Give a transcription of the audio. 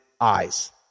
eyes